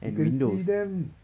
and windows